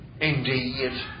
Indeed